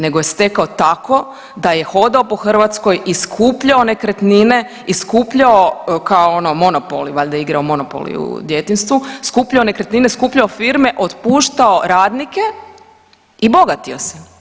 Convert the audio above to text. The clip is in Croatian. Nego je stekao tako da je hodao po Hrvatskoj i skupljao nekretnine i skupljao kao ono monopoli, valjda je igrao monopoli u djetinjstvu, skupljao nekretnine, skupljao firme, otpuštao radnike i bogatio se.